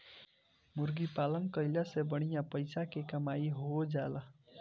मुर्गी पालन कईला से बढ़िया पइसा के कमाई हो जाएला